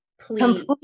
Complete